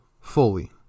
fully